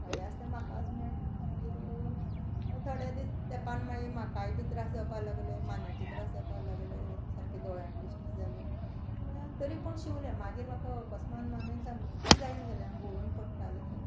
म्हागें आसा तें म्हाकाच मेळटलें मागीर मागी थोडे दीस तेंपान मागीर म्हाकाय बी त्रास जावपाक लागले मानेचे त्रास जावपाक लागले सारकें दोळ्यांक दिसना जालें तर मागीर हांव तरी पूण शिंवलें मागीर म्हाका अकस्मात मानेन सामकीत जायना जालें हांव घुंवळ येवन पडटालें थंय थंय